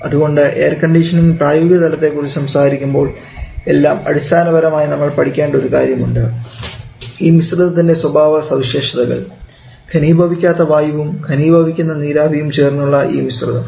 അതുകൊണ്ട് air conditioning പ്രായോഗികതലത്തെ കുറിച്ച് സംസാരിക്കുമ്പോൾ എല്ലാം അടിസ്ഥാനപരമായ നമ്മൾ പഠിക്കേണ്ട ഒരു കാര്യമുണ്ട് ഈ മിശ്രിതത്തിൻറെ സ്വഭാവസവിശേഷതകൾ ഘനീഭവിക്കാത്ത വായുവും ഘനീഭവിയ്ക്കുന്ന നീരാവിയും ചേർന്നുള്ള ഈ മിശ്രിതം